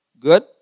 Good